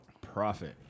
profit